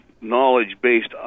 knowledge-based